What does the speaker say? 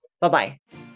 Bye-bye